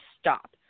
stop